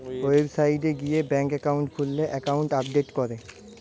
website গিয়ে bank account খুললে account update করে